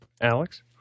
Alex